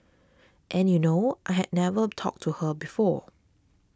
and you know I had never talked to her before